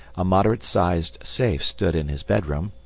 a moderate-sized safe stood in his bedroom,